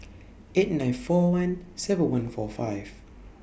eight nine four one seven one four five